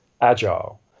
agile